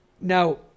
Now